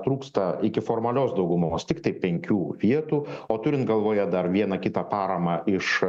trūksta iki formalios daugumos tiktai penkių vietų o turint galvoje dar vieną kitą paramą iš